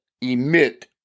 emit